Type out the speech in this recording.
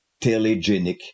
telegenic